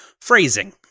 Phrasing